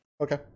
Okay